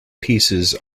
pieces